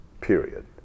period